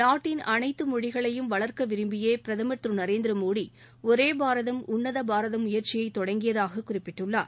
நாட்டின் அனைத்து மொழிகளையும் வளர்க்க விரும்பியே பிரதமர் திரு நரேந்திர மோடி ஒரே பாரதம் உன்னத பாரதம் முயற்சியை தொடங்கியதாக குறிப்பிட்டுள்ளார்